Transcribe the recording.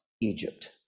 Egypt